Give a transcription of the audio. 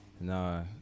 No